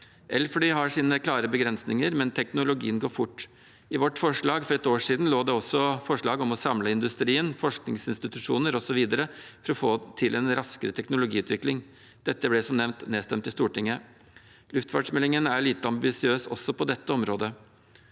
Elfly har sine klare begrensninger, men teknologien går fort. I vårt forslag for ett år siden lå det også forslag om å samle industri, forskningsinstitusjoner osv. for å få til en raskere teknologiutvikling. Dette ble, som nevnt, nedstemt i Stortinget. Luftfartsmeldingen er lite ambisiøs også på dette området.